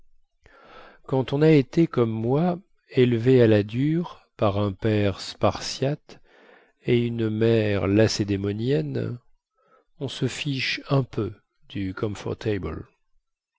quand on a été comme moi élevé à la dure par un père spartiate et une mère lacédémonienne on se fiche un peu